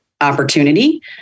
opportunity